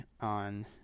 on